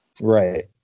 Right